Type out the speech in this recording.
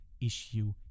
issue